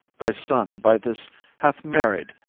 thy son by this hath married.